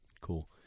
cool